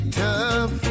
tough